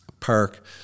park